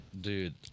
Dude